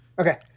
Okay